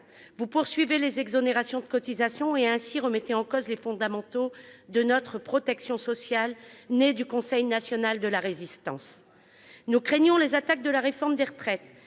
Vous poursuivez les exonérations de cotisations et remettez ainsi en cause les fondamentaux de notre protection sociale, née du programme du Conseil national de la Résistance. Nous craignions les attaques de la réforme des retraites,